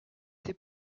ses